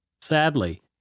Sadly